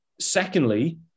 Secondly